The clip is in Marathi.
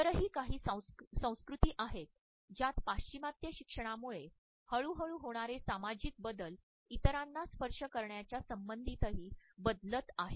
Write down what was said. इतरही काही संस्कृती आहेत ज्यात पाश्चिमात्य शिक्षणामुळे हळूहळू होणारे सामाजिक बदल इतरांना स्पर्श करण्याच्या संबंधितही बदलत आहेत